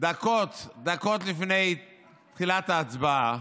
דקות לפני תחילת ההצבעה